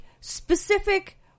specific